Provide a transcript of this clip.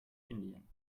indien